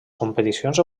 competicions